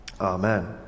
amen